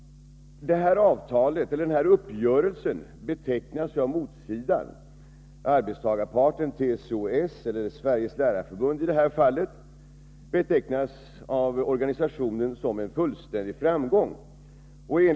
Uppgörelsen betecknas av motsidan, arbetstagarparten, dvs. TCO-S och Sveriges lärarförbund, som en fullständig framgång.